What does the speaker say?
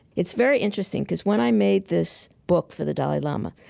it's very interesting because when i made this book for the dalai lama,